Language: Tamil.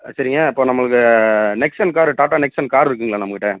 சரிங்க இப்போது நம்மளுது Nexon car Tata Nexon car இருக்குதுங்களா நம்மக்கிட்டே